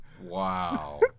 Wow